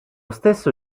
stesso